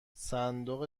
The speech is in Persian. صندوق